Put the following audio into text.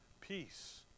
peace